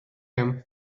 gem